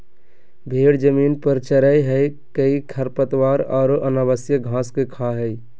भेड़ जमीन पर चरैय हइ कई खरपतवार औरो अनावश्यक घास के खा हइ